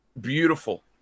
beautiful